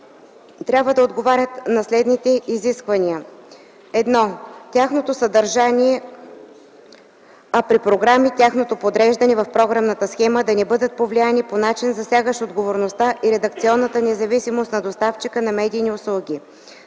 трябва да отговарят на следните изисквания: 1. тяхното съдържание, а при програми – тяхното подреждане в програмната схема, да не бъдат повлияни по начин, засягащ отговорността и редакционната независимост на доставчика на медийни услуги;